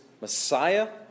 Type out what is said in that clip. Messiah